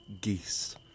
geese